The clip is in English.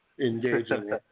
engaging